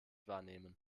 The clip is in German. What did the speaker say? wahrnehmen